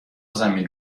زمین